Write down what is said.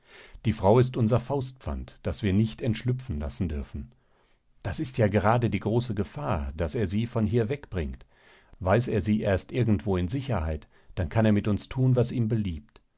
die frau ist unser faustpfand das wir nicht entschlüpfen lassen dürfen das ist ja gerade die große gefahr daß er sie von hier wegbringt weiß er sie erst irgendwo in sicherheit dann kann er mit uns tun was ihm beliebt